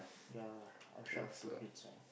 yea I'm short of two pins right